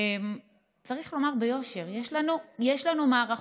צריך לומר ביושר, יש לנו מערכות,